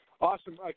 Awesome